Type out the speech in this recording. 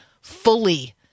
fully